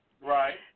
Right